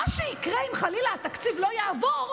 מה שיקרה אם חלילה התקציב לא יעבור,